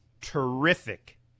terrific